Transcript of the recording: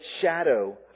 shadow